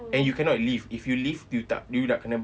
and you cannot leave if you leave you tak you nak kena